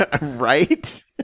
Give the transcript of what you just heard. Right